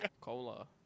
Cola